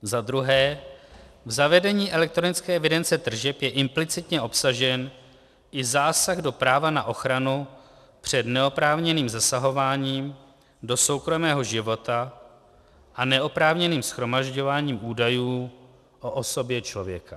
Za druhé, v zavedení elektronické evidence tržeb je implicitně obsažen i zásah do práva na ochranu před neoprávněným zasahováním do soukromého života a neoprávněným shromažďováním údajů o osobě člověka.